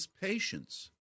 patience